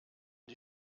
die